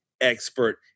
expert